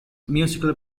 musical